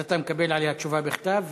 אז אתה מקבל עליה תשובה בכתב,